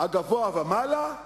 הגבוה ומעלה,